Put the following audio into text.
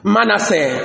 Manasseh